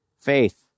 faith